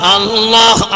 Allah